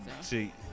See